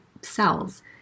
cells